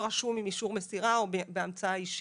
רשום עם אישור מסירה או בהמצאה אישית.